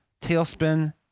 Tailspin